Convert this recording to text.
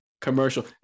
commercial